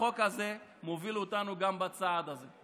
החוק הזה מוביל אותנו גם לצעד הזה.